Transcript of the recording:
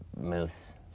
moose